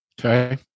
Okay